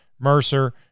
Mercer